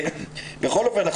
בכל אופן,